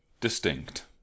distinct